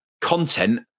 content